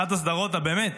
אחת הסדרות הבאמת